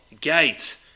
gate